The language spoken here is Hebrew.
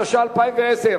התש"ע 2010,